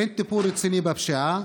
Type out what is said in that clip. אין טיפול רציני בפשיעה,